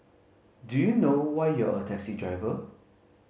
do you know why you're a taxi driver